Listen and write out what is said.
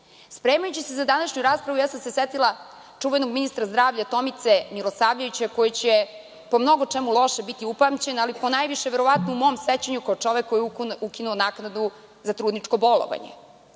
pomogne. Spremajući se za današnju raspravu, setila sam se čuvenog ministra zdravlja Tomice Milosavljevića, koji će po mnogo čemu lošem biti upamćen, ali ponajviše u mom sećanju kao čovek koji je ukinuo naknadu za trudničko bolovanje.